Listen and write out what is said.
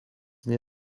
nie